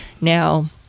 now